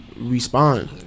respond